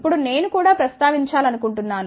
ఇప్పుడు నేను కూడా ప్రస్తావించాలనుకుంటున్నాను